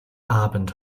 abend